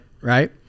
Right